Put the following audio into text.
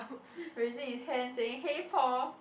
raising his hand saying hey Paul